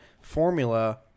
formula